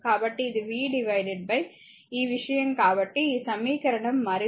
కాబట్టి ఇది v ఈ విషయం కాబట్టి ఈ సమీకరణం మరింత